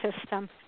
system